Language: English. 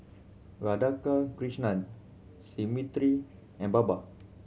Radhakrishnan Smriti and Baba